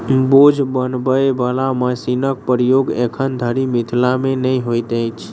बोझ बनबय बला मशीनक प्रयोग एखन धरि मिथिला मे नै होइत अछि